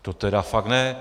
To tedy fakt ne!